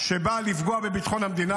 שבא לפגוע בביטחון המדינה,